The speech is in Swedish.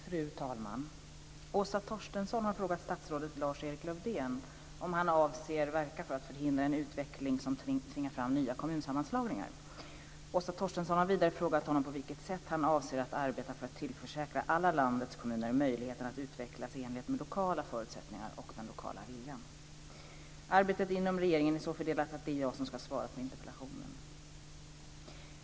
Fru talman! Åsa Torstensson har frågat statsrådet Lars-Erik Lövdén om han avser att verka för att förhindra en utveckling som tvingar fram nya kommunsammanslagningar. Åsa Torstensson har vidare frågat honom på vilket sätt han avser att arbeta för att tillförsäkra alla landets kommuner möjligheten att utvecklas i enlighet med lokala förutsättningar och den lokala viljan. Arbetet inom regeringen är så fördelat att det är jag som ska svara på interpellationen.